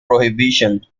prohibition